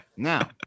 now